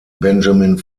benjamin